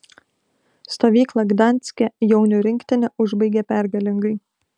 stovyklą gdanske jaunių rinktinė užbaigė pergalingai